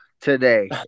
today